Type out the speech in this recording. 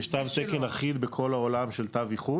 יש תו תקן אחיד בכל העולם של תו איכות,